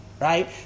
right